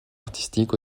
artistique